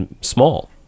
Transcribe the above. small